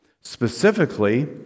Specifically